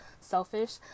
selfish